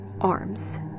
arms